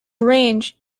range